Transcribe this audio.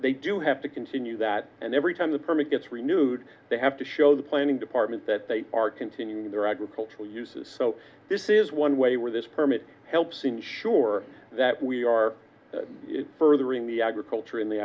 they do have to continue that and every time the permit gets renewed they have to show the planning department that they are continuing their agricultural uses so this is one way where this permit helps ensure that we are furthering the agriculture in the